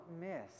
miss